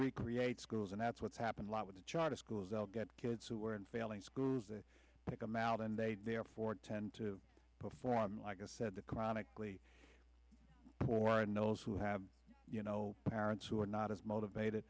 recreate schools and that's what's happened a lot with the charter schools all get kids who are in failing schools that pick them out and they therefore tend to perform like i said the chronically before and those who have you know parents who are not as motivated